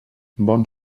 bon